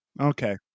Okay